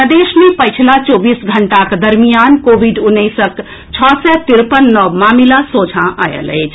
प्रदेश मे पछिला चौबीस घंटाक दरमियान कोविड उन्नैसक छओ सय तिरपन नव मामिला सोझा आयल अछि